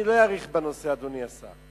אני לא אאריך בנושא, אדוני השר.